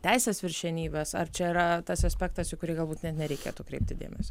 teisės viršenybės ar čia yra tas aspektas į kurį galbūt net nereikėtų kreipti dėmesio